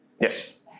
Yes